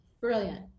Brilliant